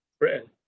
Britain